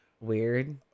weird